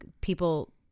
people